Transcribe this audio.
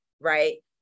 Right